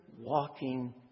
walking